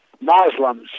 Muslims